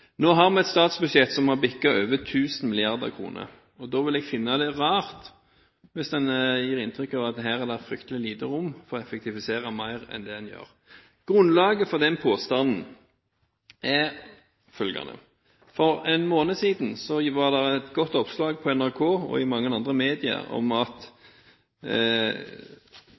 Nå har vi et statsbudsjett som har bikket over 1 000 mrd. kr. Da synes jeg det er rart hvis man gir inntrykk av at her er det veldig lite rom for å effektivisere mer enn det man gjør. Grunnlaget for den påstanden er følgende: For én måned siden var det et godt oppslag i NRK og i mange andre medier om at